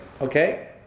Okay